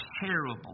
terrible